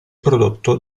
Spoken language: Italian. prodotto